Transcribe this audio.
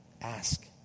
ask